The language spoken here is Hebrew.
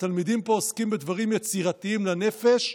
שהתלמידים בו עוסקים בדברים יצירתיים לנפש,